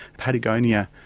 patagonia,